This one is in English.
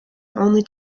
only